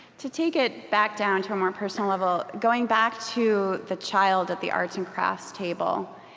to take it back down to a more personal level, going back to the child at the arts and crafts table,